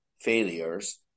failures